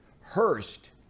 Hurst